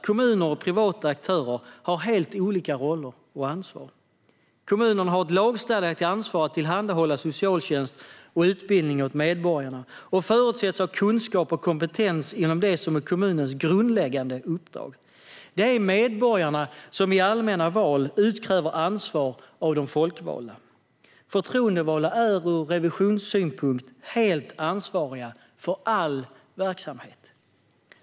Kommuner och privata aktörer har helt olika roller och ansvar. Kommunerna har ett lagstadgat ansvar att tillhandahålla socialtjänst och utbildning åt medborgarna och förutsätts ha kunskap och kompetens inom det som är kommunernas grundläggande uppdrag. Det är medborgarna som i allmänna val utkräver ansvar av de folkvalda. Förtroendevalda är ur revisionssynpunkt helt ansvariga för all verksamhet.